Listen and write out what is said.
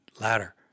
ladder